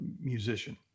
musician